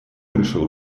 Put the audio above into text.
решил